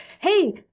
hey